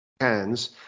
hands